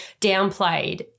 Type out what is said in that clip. downplayed